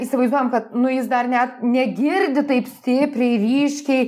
įsivaizduojam kad nu jis dar net negirdi taip stipriai ryškiai